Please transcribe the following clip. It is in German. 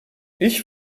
ich